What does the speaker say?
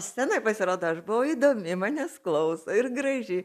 scenoj pasirodo aš buvau įdomi manęs klauso ir graži